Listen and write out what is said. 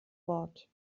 wort